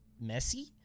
messy